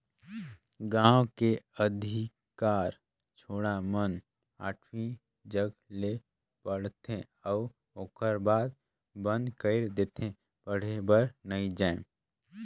गांव के अधिकार छौड़ा मन आठवी जघा ले पढ़थे अउ ओखर बाद बंद कइर देथे पढ़े बर नइ जायें